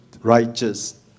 righteous